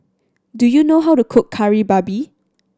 do you know how to cook Kari Babi